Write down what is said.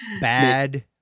Bad